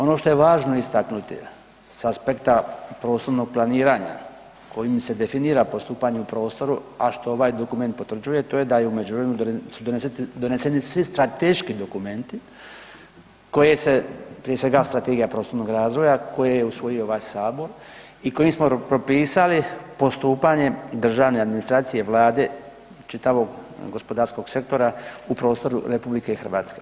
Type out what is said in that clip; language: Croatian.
Ono što je važno istaknuti s aspekta prostornog planiranja kojim se definira postupanje u prostoru, a što ovaj dokument potvrđuje to je da je u međuvremenu su doneseni svi strateški dokumenti koje se, prije svega strategija prostornog razvoja koje je usvojio ovaj sabor i kojim smo propisali postupanje državne administracije, Vlade, čitavog gospodarskog sektora u prostoru RH.